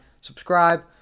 subscribe